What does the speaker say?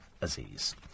Aziz